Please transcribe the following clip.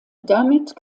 damit